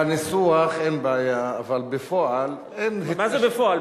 בניסוח אין בעיה, אבל בפועל אין, מה זה "בפועל"?